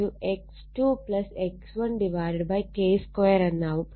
R2 R1 K2 X2 X1 K2 എന്നാവും